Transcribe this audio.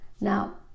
now